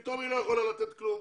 פתאום היא לא יכולה לתת כלום,